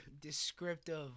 descriptive